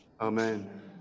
Amen